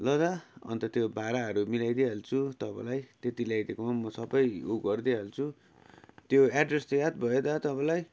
ल दा अन्त त्यो भाडाहरू मिलाइदिई हाल्छु तपाईँलाई त्यत्ति ल्याइदिएकोमा म सबै उ गरिदिई हाल्छु त्यो एड्रेस चाहिँ याद भयो दा तपाईँलाई